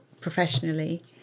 professionally